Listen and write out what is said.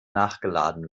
nachgeladen